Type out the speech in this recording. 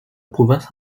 province